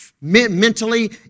mentally